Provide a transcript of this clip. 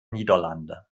niederlande